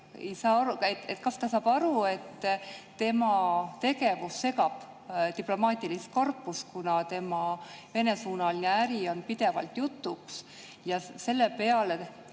kas ta saab aru, et tema tegevus segab diplomaatilist korpust, kuna tema Vene-suunaline äri on pidevalt jutuks. Ma tõin ka